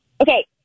Okay